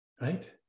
Right